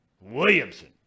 Williamson